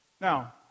Now